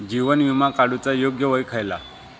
जीवन विमा काडूचा योग्य वय खयला?